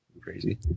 crazy